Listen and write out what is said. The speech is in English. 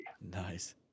Nice